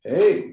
Hey